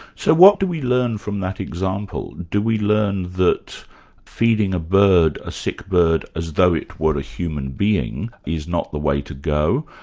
so what do we learn from that example? do we learn that feeding a bird, a sick bird, as though it were a human being is not the way to go?